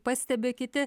pastebi kiti